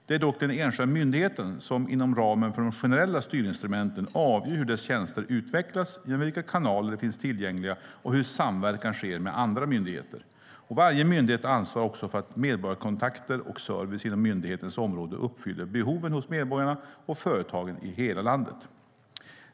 Det är dock den enskilda myndigheten som, inom ramen för de generella styrinstrumenten, avgör hur dess tjänster utvecklas, genom vilka kanaler de finns tillgängliga och hur samverkan sker med andra myndigheter. Varje myndighet ansvarar också för att medborgarkontakter och service inom myndighetens område uppfyller behoven hos medborgare och företag i hela landet.